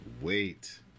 wait